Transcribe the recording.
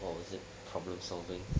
what is it problem solving